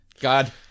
god